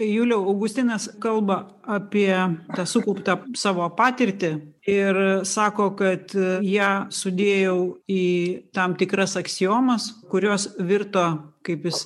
juliau augustinas kalba apie tą sukauptą savo patirtį ir sako kad ją sudėjau į tam tikras aksiomas kurios virto kaip jis